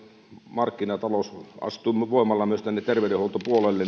markkinatalous astuu voimalla myös tänne terveydenhuoltopuolelle